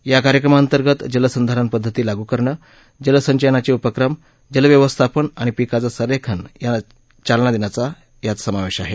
या कार्यक्रमांतर्गत जलसंधारण पद्धती लागू करणं जलसंचयनाचे उपक्रम जलव्यवस्थापन आणि पिकांचं संरेखन यांना चालना देण्याचा समावेश आहे